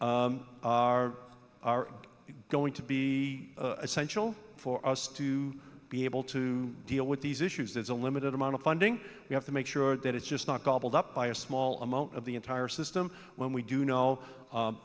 are are going to be essential for us to be able to deal with these issues there's a limited amount of funding we have to make sure that it's just not gobbled up by a small amount of the entire system when we do know